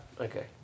Okay